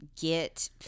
get